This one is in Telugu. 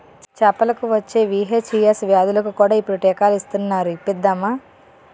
చేపలకు వచ్చే వీ.హెచ్.ఈ.ఎస్ వ్యాధులకు కూడా ఇప్పుడు టీకాలు ఇస్తునారు ఇప్పిద్దామా